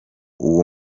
uwo